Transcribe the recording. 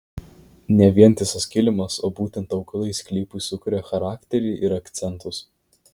ne vientisas kilimas o būtent augalai sklypui sukuria charakterį ir akcentus